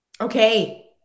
Okay